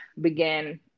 began